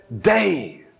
day